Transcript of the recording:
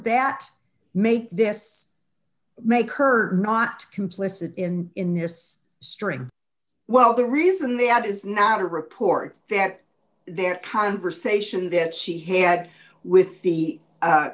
that make this make her not complicit in in this string well the reason they add is not a report that their conversation that she had with the